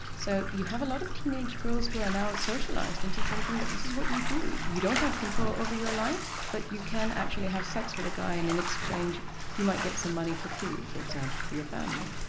so you have a lot of teenage girls who are now socialised into thinking that this is what you do, you don't have control over your life but you can actually have sex with a guy and in exchange you might get some money for food for example for your family.